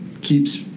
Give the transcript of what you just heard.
keeps